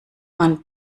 man